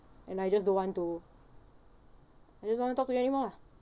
and I just don't want to I just don't want to talk to you anymore lah